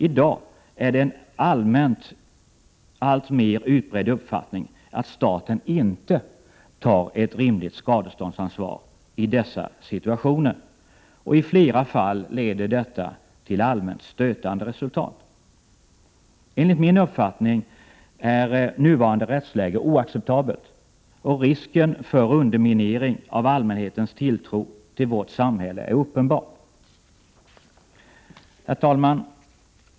I dag är det en alltmer utbredd uppfattning att staten inte tar ett rimligt skadeståndsansvar i dessa situationer, och i flera fall leder detta till allmänt stötande resultat. Enligt min uppfattning är nuvarande rättsläge oacceptabelt, och risken för underminering av allmänhetens tilltro till vårt rättssamhälle är uppenbar. Herr talman!